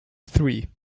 three